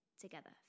together